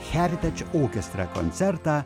heritage orchestra koncertą